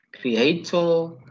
creator